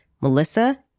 Melissa